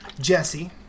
Jesse